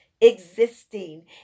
existing